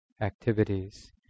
activities